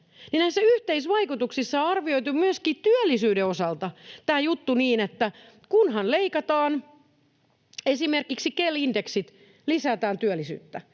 näissä yhteisvaikutuksissa on arvioitu myöskin työllisyyden osalta tämä juttu niin, että kunhan leikataan esimerkiksi KEL-indeksit, lisätään työllisyyttä.